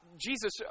Jesus